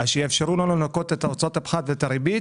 שיאפשרו לנו לנקות את הוצאות הפחת ואת הריבית,